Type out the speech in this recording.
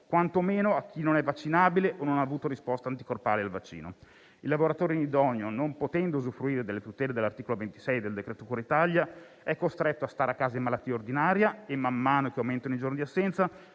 quantomeno a chi non è vaccinabile o non ho avuto risposta anticorpale al vaccino. Il lavoratore inidoneo, non potendo usufruire delle tutele di cui all'articolo 26 del decreto cura Italia, è costretto a stare a casa in malattia ordinaria e, man mano che aumentano i giorni di assenza,